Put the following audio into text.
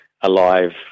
alive